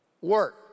work